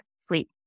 sleep